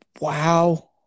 Wow